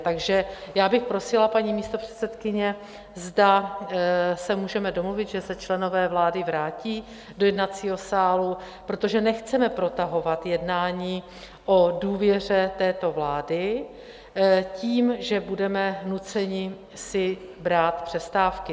Takže já bych prosila, paní místopředsedkyně, zda se můžeme domluvit, že se členové vlády vrátí do jednacího sálu, protože nechceme protahovat jednání o důvěře této vlády tím, že budeme nuceni si brát přestávky.